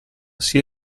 sia